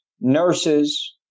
nurses